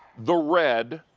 the red,